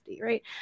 right